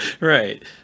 Right